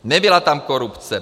Nebyla tam korupce.